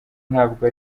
ntabwo